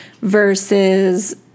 versus